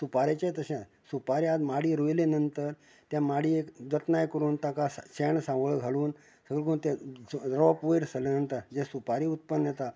सुपारेचेय तशेंच सुपाऱ्यां माडी रोंयली नंतर त्या माडयेक जतनाय करूंन ताका शेण सावळ घालून रोप वयर सरलें नंतर जे सुपारी उत्पन्न येता